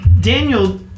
Daniel